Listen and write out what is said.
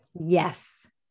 Yes